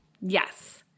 Yes